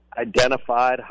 identified